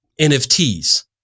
NFTs